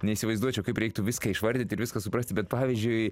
neįsivaizduočiau kaip reiktų viską išvardyt ir viską suprasti bet pavyzdžiui